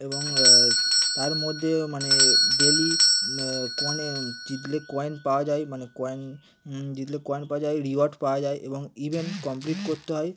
এবং তার মধ্যে মানে ডেলি কনে জিতলে কয়েন পাওয়া যায় মানে কয়েন দিলে কয়েন পাওয়া যায় রিওয়ার্ড পাওয়া যায় এবং ইভেন্ট কলপ্লিট করতে হয়